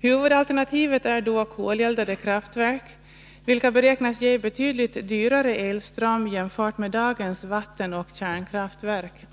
Huvudalternativet är då koleldade kraftverk, vilka beräknas ge betydligt dyrare elström jämfört med dagens vattenoch kärnkraftverk.